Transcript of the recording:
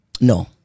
No